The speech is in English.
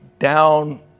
down